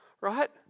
right